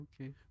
okay